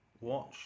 Watch